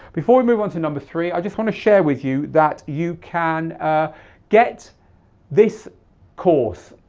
before we move on to number three, i just want to share with you that you can get this course.